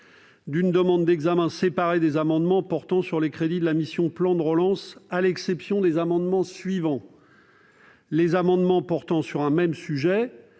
d'une demande d'examen séparé des amendements portant sur les crédits de la mission « Plan de relance », à l'exception des amendements portant sur un même sujet,